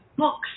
books